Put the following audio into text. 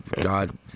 God